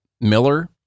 Miller